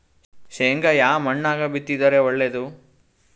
ಶೇಂಗಾ ಯಾ ಮಣ್ಣಾಗ ಬಿತ್ತಿದರ ಒಳ್ಳೇದು?